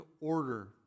order